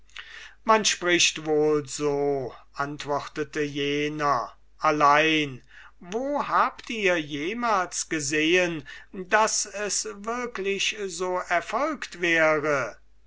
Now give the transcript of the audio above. man spricht wohl so antwortete der philosoph allein wo habt ihr jemals gesehen daß es wirklich so erfolgt wäre